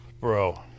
Bro